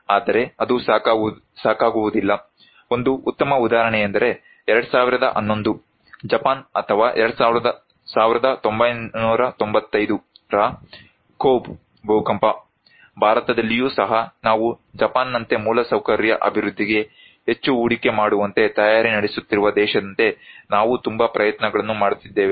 ಆದರೆ ಅದು ಸಾಕಾಗುವುದಿಲ್ಲ ಒಂದು ಉತ್ತಮ ಉದಾಹರಣೆಯೆಂದರೆ 2011 ಜಪಾನ್ ಅಥವಾ 1995 ರ ಕೋಬ್ ಭೂಕಂಪ ಭಾರತದಲ್ಲಿಯೂ ಸಹ ನಾವು ಜಪಾನ್ನಂತೆ ಮೂಲಸೌಕರ್ಯ ಅಭಿವೃದ್ಧಿಗೆ ಹೆಚ್ಚು ಹೂಡಿಕೆ ಮಾಡುವಂತೆ ತಯಾರಿ ನಡೆಸುತ್ತಿರುವ ದೇಶದಂತೆ ನಾವು ತುಂಬಾ ಪ್ರಯತ್ನಗಳನ್ನು ಮಾಡುತ್ತಿದ್ದೇವೆ